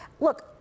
look